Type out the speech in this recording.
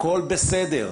הכול בסדר,